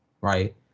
Right